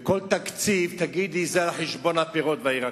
וכל תקציב תגידי שזה על חשבון הפירות והירקות.